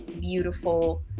beautiful